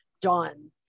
done